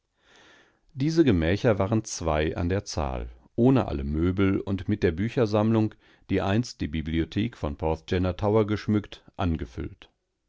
diese gemächer waren zwei an der zahl ohne alle möbels und mit der büchersammlung dieeinstdiebibliothekvonporthgennatowergeschmückt angefüllt